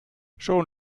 schon